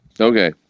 Okay